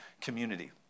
community